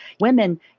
women